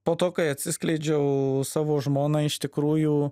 po to kai atsiskleidžiau savo žmonai iš tikrųjų